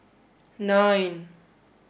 nine